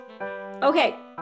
Okay